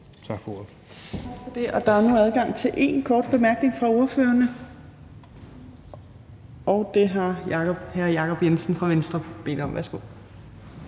Tak for det. Og der er nu adgang til én kort bemærkning fra ordførerne, og det har hr. Jacob Jensen fra Venstre bedt om. Værsgo.